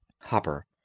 hopper